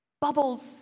Bubbles